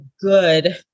good